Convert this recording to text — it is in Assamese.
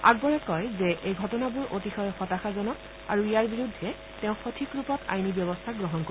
আকবৰে কয় যে এই ঘটনাবোৰ অতিশয় হতাশাজনক আৰু ইয়াৰ বিৰুদ্ধে তেওঁ সঠিক ৰূপত আইনী ব্যৱস্থা গ্ৰহণ কৰিব